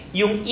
yung